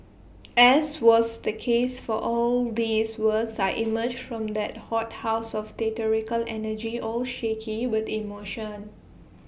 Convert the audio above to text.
as was the case for all these works I emerged from that hothouse of theatrical energy all shaky with emotion